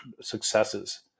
successes